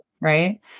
Right